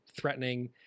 threatening